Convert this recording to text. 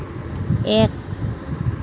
এক